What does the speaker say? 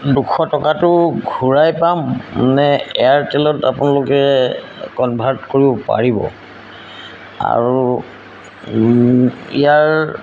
দুশ টকাটো ঘূৰাই পাম নে এয়াৰটেলত আপোনালোকে কনভাৰ্ট কৰিব পাৰিব আৰু ইয়াৰ